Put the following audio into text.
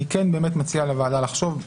אני באמת מציע לוועדה לחשוב,